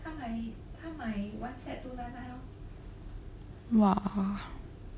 !wah!